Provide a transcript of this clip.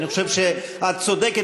אני חושב שאת צודקת